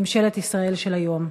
ממשלת ישראל של היום,